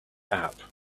app